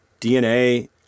DNA